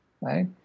right